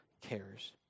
cares